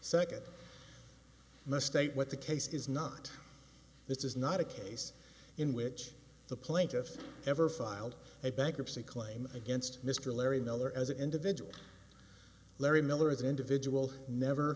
second must state what the case is not this is not a case in which the plaintiff ever filed a bankruptcy claim against mr larry miller as an individual larry miller as an individual who never